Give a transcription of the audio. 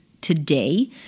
today